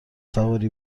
سواری